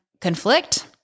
conflict